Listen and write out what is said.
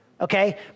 Okay